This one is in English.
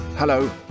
Hello